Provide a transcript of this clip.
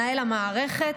מנהל המערכת,